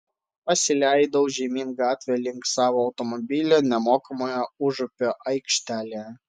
pasileidau žemyn gatve link savo automobilio nemokamoje užupio aikštelėje